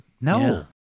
No